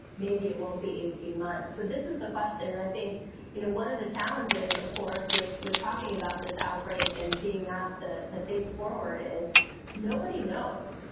maybe it won't be eighteen months. but this is the question. i think you know one of the challenges, of course, with with talking about this outbreak and being asked to to think forward is nobody knows.